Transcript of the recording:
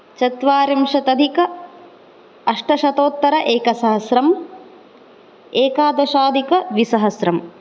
चत्वारिंशत् अधिक अष्टशतोत्तर एकसहस्रं एकादशाधिकद्विसहस्रं